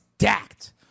stacked